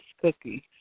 cookies